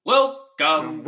Welcome